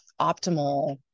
optimal